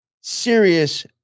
serious